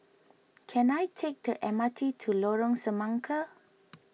can I take the M R T to Lorong Semangka